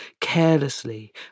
carelessly